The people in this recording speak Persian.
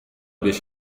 بهش